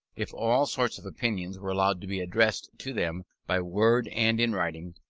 if all sorts of opinions were allowed to be addressed to them by word and in writing,